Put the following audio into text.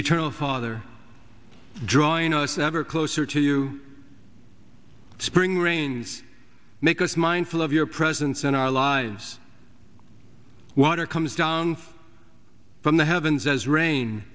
eternal father drawing us ever closer to you spring rains make us mindful of your presence in our lives water comes down from the heavens as rain